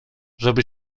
żeby